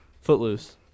Footloose